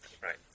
Right